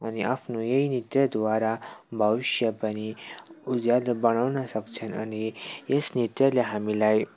अनि आफ्नो यही नृत्यद्वारा भविष्य उज्यालो बनाउन सक्छन् अनि यस नृत्यले हामीलाई